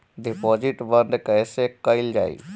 Deposit बंद कैसे कैल जाइ?